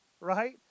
right